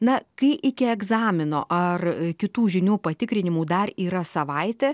na kai iki egzamino ar kitų žinių patikrinimų dar yra savaitė